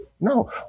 No